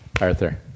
Arthur